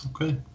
okay